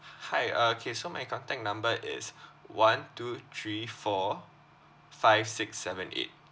h~ hi uh okay so my contact number is one two three four five six seven eight